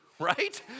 right